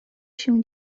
się